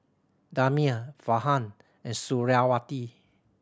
Damia Farhan and Suriawati